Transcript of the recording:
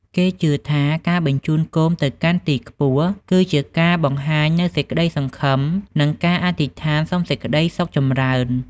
គេជឿថា ការបញ្ជូនគោមទៅកាន់ទីខ្ពស់ គឺជាការបង្ហាញនូវសេចក្តីសង្ឃឹម និងការអធិដ្ឋានសុំសេចក្តីសុខចម្រើន។